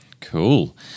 Cool